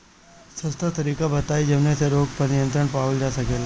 सस्ता तरीका बताई जवने से रोग पर नियंत्रण पावल जा सकेला?